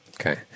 Okay